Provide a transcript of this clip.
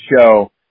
show